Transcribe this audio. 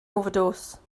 overdose